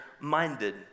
minded